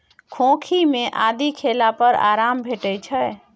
खोंखी मे आदि खेला पर आराम भेटै छै